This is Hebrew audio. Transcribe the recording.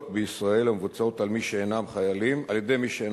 בישראל המבוצעות על-ידי מי שאינם חיילים